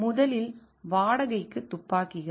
முதலில் வாடகைக்கு துப்பாக்கிகள்